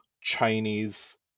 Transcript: Chinese